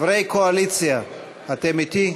חברי קואליציה, אתם אתי?